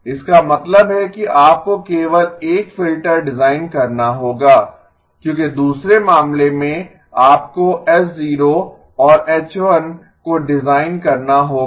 इसका मतलब है कि आपको केवल एक फ़िल्टर डिज़ाइन करना होगा क्योंकि दूसरे मामले में आपको H0 और H1 को डिज़ाइन करना होगा